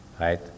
Right